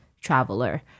traveler